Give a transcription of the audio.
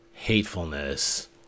hatefulness